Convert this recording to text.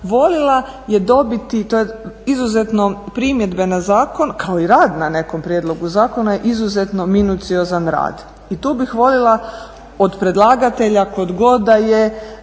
voljela je dobiti, to je, izuzetno primjedbe na zakon kao i rad na nekom prijedlogu zakona je izuzetno minuciozan rad. I tu bih voljela od predlagatelja koji god